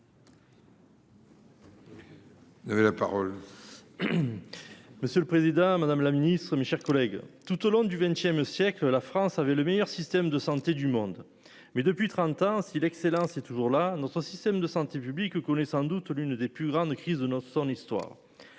vous avez la parole.--